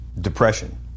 depression